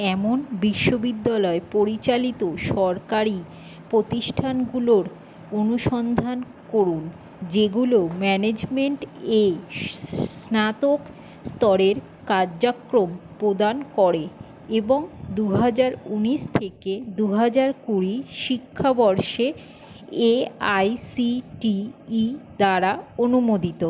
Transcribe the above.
এমন বিশ্ববিদ্যালয় পরিচালিত সরকারি প্রতিষ্ঠানগুলোর অনুসন্ধান করুন যেগুলো ম্যানেজমেন্ট এ স্নাতক স্তরের কার্যক্রম প্রদান করে এবং দু হাজার ঊনিশ থেকে দু হাজার কুড়ি শিক্ষাবর্ষে A I C T E দ্বারা অনুমোদিত